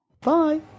bye